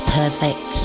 perfect